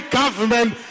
government